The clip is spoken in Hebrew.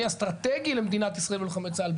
אסטרטגי למדינת ישראל וללוחמי צה"ל.